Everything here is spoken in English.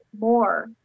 more